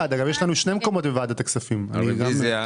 הצבעה בעד, 3 נגד, רוב הרביזיה